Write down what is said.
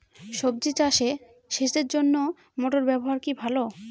সবজি চাষে সেচের জন্য মোটর ব্যবহার কি ভালো?